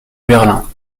berlin